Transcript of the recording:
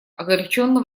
огорченно